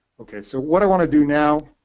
okay, so what i want to do now,